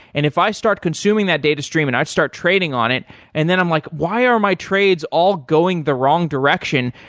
and if i start consuming that data stream and i start trading on it and then i'm like, why are my trades all going the wrong direction?